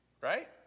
Right